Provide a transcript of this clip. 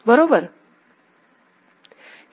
बरोबर